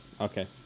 okay